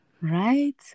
Right